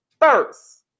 First